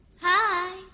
Hi